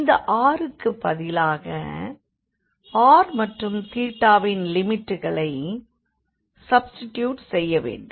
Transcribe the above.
இந்த rக்குப் பதிலாக r மற்றும் வின் லிமிட்களை சப்ஸ்டிடியுட் செய்ய வேண்டும்